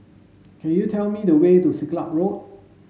can you tell me the way to Siglap Road